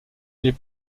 les